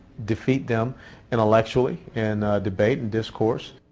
defeat them intellectually and ah. debate discourse